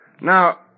Now